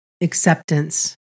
acceptance